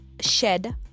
shed